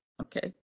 Okay